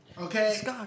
Okay